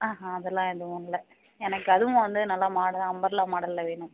ஆஹாம் அதெலாம் எதுவும் இல்லை எனக்கு அதுவும் வந்து நல்லா மார்டனாக அம்பர்லா மாடலில் வேணும்